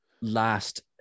last